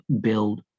build